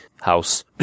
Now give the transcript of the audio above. house